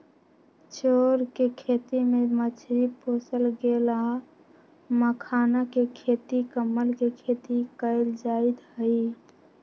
चौर कें खेती में मछरी पोशल गेल आ मखानाके खेती कमल के खेती कएल जाइत हइ